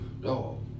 No